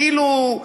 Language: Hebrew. כאילו,